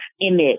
image